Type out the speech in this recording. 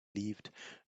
lived